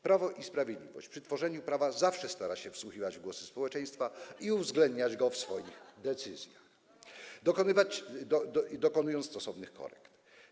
Prawo i Sprawiedliwość przy tworzeniu prawa zawsze stara się wsłuchiwać w głos społeczeństwa [[Wesołość na sali]] i uwzględniać go w swoich decyzjach, dokonując stosownych korekt.